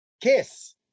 kiss